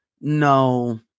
No